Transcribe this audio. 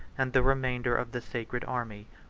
and the remainder of the sacred army.